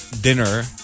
dinner